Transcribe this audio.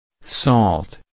Salt